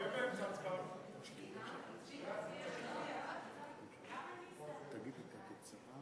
ההצעה להעביר את הנושא לוועדת החוקה,